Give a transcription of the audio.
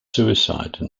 suicide